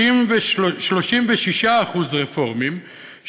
36% הם רפורמים,